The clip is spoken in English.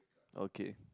okay